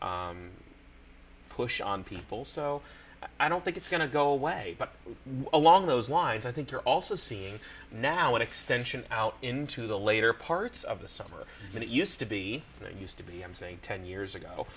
push on people so i don't think it's going to go away but those lines i think you're also seeing now an extension out into the later parts of the summer than it used to be used to be i'm saying ten years ago